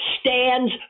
stands